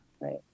Right